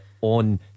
on